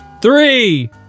Three